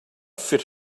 fit